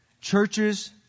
Churches